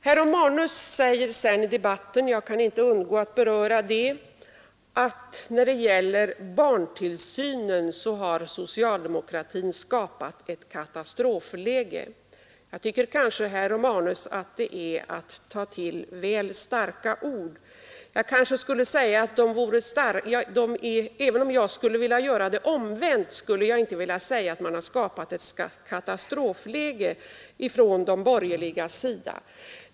Herr Romanus säger sedan i debatten — jag kan inte undgå att beröra det — att när det gäller barntillsynen har socialdemokratin skapat ett katastrofläge. Jag tycker, herr Romanus, att detta är att ta till väl starka ord. Även om vi vänder på det hela, skulle jag inte vilja påstå att de borgerliga hade skapat ett katastrofläge.